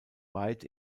weit